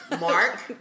Mark